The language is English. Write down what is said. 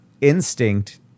instinct